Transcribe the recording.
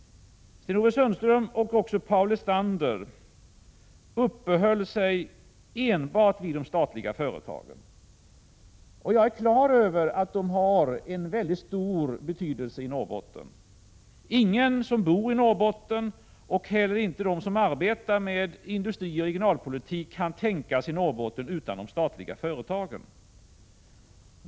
Sten-Ove Sundström, liksom Paul Lestander, uppehöll sig enbart vid de statliga företagen. Jag är på det klara med att dessa företag har en mycket stor betydelse i Norrbotten. Ingen som bor i Norrbotten och inte heller de som arbetar med industrioch regionalpolitik kan tänka sig Norrbotten utan de statliga företagen.